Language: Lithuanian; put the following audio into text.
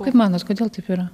kaip manot kodėl taip yra